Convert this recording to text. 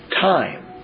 time